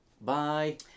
Bye